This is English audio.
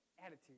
Attitude